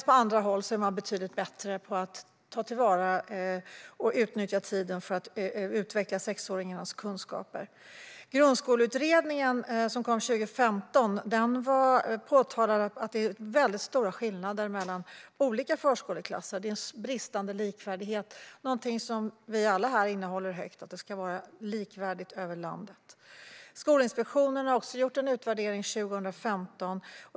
På andra håll är man betydligt bättre på att ta till vara och utnyttja tiden för att utveckla sexåringarnas kunskaper. Grundskoleutredningen, som kom 2015, påpekade att det är väldigt stora skillnader mellan olika förskoleklasser. Det är en bristande likvärdighet. Att det ska vara likvärdigt över landet är någonting som vi alla här inne håller högt. Skolinspektionen gjorde också en utvärdering 2015.